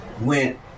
went